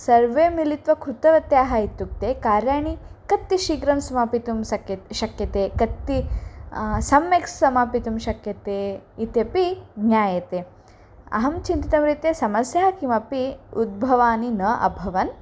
सर्वे मिलित्वा कृतवत्यः इत्युक्ते कार्याणि कति शीघ्रं समापयितुं शक्यते शक्यते कति सम्यक् समापयितुं शक्यते इत्यपि ज्ञायते अहं चिन्तितं रीत्या समस्या किमपि उद्भवाः न अभवन्